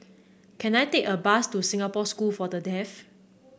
can I take a bus to Singapore School for the Deaf